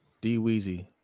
D-Weezy